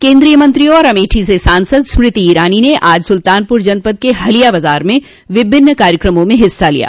केन्द्रीय मंत्री और अमेठी से सांसद स्मृति ईरानी ने आज सुल्तानपुर जनपद के हलिया बाजार में विभिन्न कार्यक्रमों में हिस्सा लिया